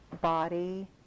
body